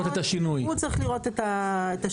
הוא צריך לראות את השינוי.